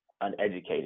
uneducated